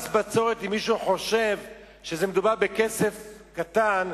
אם מישהו חושב שבמס בצורת מדובר בכסף קטן,